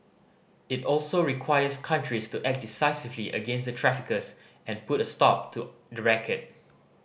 it also requires countries to act decisively against the traffickers and put a stop to the racket